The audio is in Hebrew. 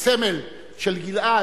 הסמל של גלעד.